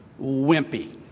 wimpy